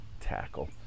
tackle